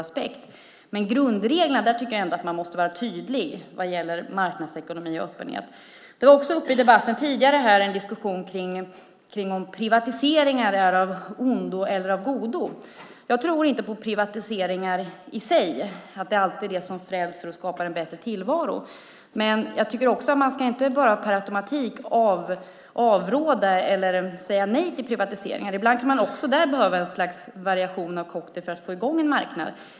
Man måste ändå vara tydlig med grundregeln när det gäller marknadsekonomi och öppenhet. Tidigare var det en debatt om huruvida privatiseringar är av ondo eller av godo. Jag tror inte på privatiseringar i sig och att det alltid frälser och skapar en bättre tillvaro. Jag tycker inte att man med automatik ska avråda från eller säga nej till privatiseringar. Ibland kan man också där behöva ett slags cocktail för att få i gång en marknad.